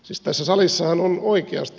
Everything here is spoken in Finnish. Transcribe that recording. siis tässä salissahan on oikeasti